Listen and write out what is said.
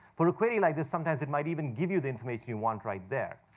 for a query like this, sometimes it might even give you the information you want right there.